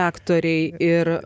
aktoriai ir